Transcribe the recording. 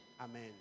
Amen